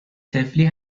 طفلی